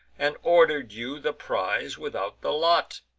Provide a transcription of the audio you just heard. and order'd you the prize without the lot.